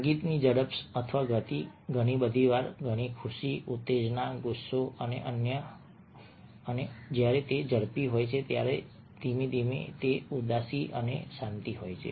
સંગીતની ઝડપ અથવા ગતિ ઘણી વાર ખુશી ઉત્તેજના ગુસ્સો અને જ્યારે તે ઝડપી હોય છે અને જ્યારે તે ધીમી ઉદાસી અને શાંતિ હોય છે